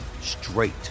straight